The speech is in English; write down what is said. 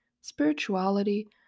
spirituality